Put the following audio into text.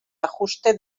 ajuste